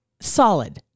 solid